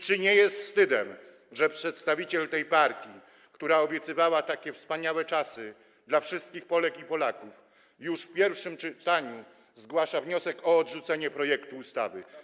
Czy nie jest wstydem, że przedstawiciel tej partii, która obiecywała takie wspaniałe czasy dla wszystkich Polek i Polaków, już w pierwszym czytaniu zgłasza wniosek o odrzucenie projektu ustawy?